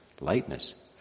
lightness